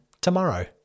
tomorrow